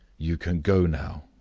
you can go now,